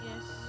Yes